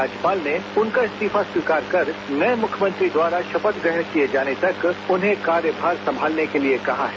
राज्यपाल ने उनका इस्तीफा स्वीकार कर नये मुख्यमंत्री द्वारा शपथ ग्रहण किए जाने तक उन्हें कार्यभार संभालने के लिए कहा है